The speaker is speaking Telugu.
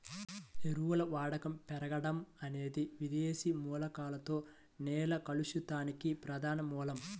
ఎరువుల వాడకం పెరగడం అనేది విదేశీ మూలకాలతో నేల కలుషితానికి ప్రధాన మూలం